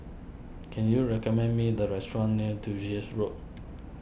can you recommend me the restaurant near Duchess Road